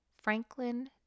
Franklin